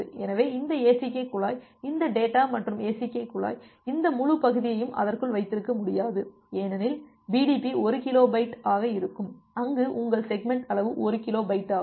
எனவே இந்த ACK குழாய் இந்த டேட்டா மற்றும் ACK குழாய் இந்த முழு பகுதியையும் அதற்குள் வைத்திருக்க முடியாது ஏனெனில் பிடிபி 1 கிலோ பிட் ஆக இருக்கும் அங்கு உங்கள் செக்மெண்ட் அளவு 1 கிலோ பைட் ஆகும்